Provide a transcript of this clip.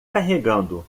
carregando